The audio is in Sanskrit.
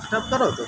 स्टाप् करोतु